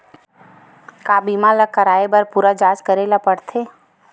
का बीमा कराए बर पूरा जांच करेला पड़थे?